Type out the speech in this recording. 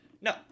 No